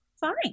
fine